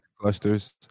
Clusters